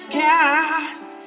cast